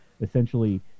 essentially